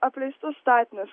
apleistus statinius